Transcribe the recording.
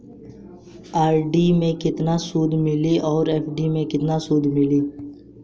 RD मे केतना सूद मिली आउर एफ.डी मे केतना सूद मिली?